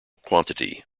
quantity